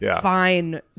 fine